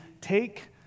take